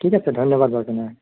ঠিক আছে ধন্যবাদ বৰ্তমান